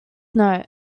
note